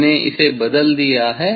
मैंने इसे बदल दिया है